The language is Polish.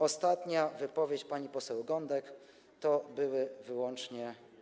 Ostatnia wypowiedź, pani poseł Gądek, to były wyłącznie.